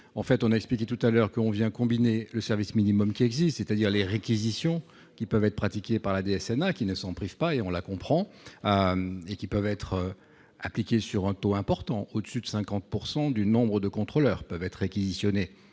on a expliqué tout à l'heure, on vient combiner le service minimum qui existe, c'est-à-dire les réquisitions qui peuvent être pratiquées par l'ADSL a qui ne s'en privent pas et on la comprend et qui peuvent être appliquées sur un taux important au-dessus de 50 pourcent du nombre de contrôleurs peuvent être réquisitionnés,